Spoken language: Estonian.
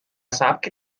saabki